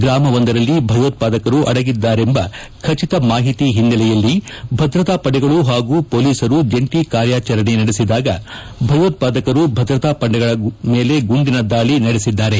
ಗ್ರಾಮವೊಂದರಲ್ಲಿ ಭಯೋತ್ವಾದಕರು ಅಡಗಿದ್ದಾರೆಂಬ ಖಚಿತ ಮಾಹಿತಿ ಹಿನ್ನೆಲೆಯಲ್ಲಿ ಭದ್ರತಾ ಪಡೆಗಳು ಹಾಗೂ ಪೊಲೀಸರು ಜಂಟಿ ಕಾರ್ಯಾಚರಣೆ ನಡೆಸಿದಾಗ ಭಯೋತ್ಪಾದಕರು ಭದ್ರತಾ ಪಡೆಗಳ ಮೇಲೆ ಗುಂಡಿನ ದಾಳಿ ನಡೆಸಿದ್ದಾರೆ